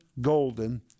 golden